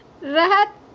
Rat